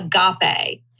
agape